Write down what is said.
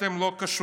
אתם לא קשובים.